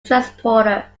transporter